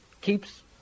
keeps